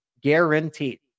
guaranteed